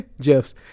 Jeff's